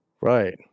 Right